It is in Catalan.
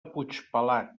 puigpelat